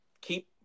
keep